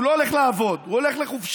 הוא לא הולך לעבוד, הוא הולך לחופשות.